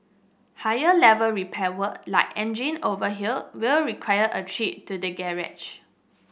higher level repair work like engine overhaul will require a trip to the garage